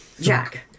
Jack